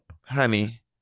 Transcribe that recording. honey